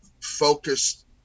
focused